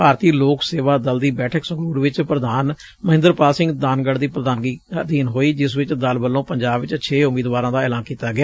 ਭਾਰਤੀ ਲੋਕ ਸੇਵਾ ਦਲ ਦੀ ਬੈਠਕ ਸੰਗਰੂਰ ਵਿਚ ਪ੍ਰਧਾਨ ਮਹਿੰਦਰਪਾਲ ਸਿੰਘ ਦਾਨਗੜੂ ਦੀ ਪ੍ਰਧਾਨਗੀ ਅਧੀਨ ਹੋਈ ਜਿਸ ਵਿਚ ਦਲ ਵੱਲੋਂ ਪੰਜਾਬ ਚ ਛੇ ਉਮੀਦਵਾਰਾਂ ਦਾ ਐਲਾਨ ਕੀਤਾ ਗਿਆ